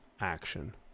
action